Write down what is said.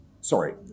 sorry